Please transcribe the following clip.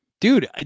dude